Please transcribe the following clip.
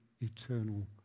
eternal